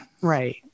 Right